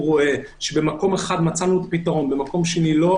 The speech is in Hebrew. רואה שבמקום אחד מצאנו פתרון ובמקום שני לא,